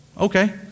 okay